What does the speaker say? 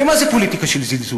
ומה זה פוליטיקה של זלזול?